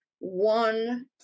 one